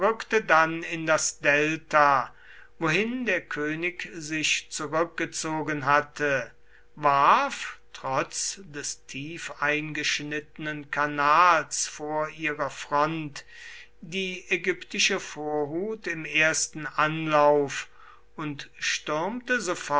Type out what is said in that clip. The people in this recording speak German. dann in das delta wohin der könig sich zurückgezogen hatte warf trotz des tiefeingeschnittenen kanals vor ihrer front die ägyptische vorhut im ersten anlauf und stürmte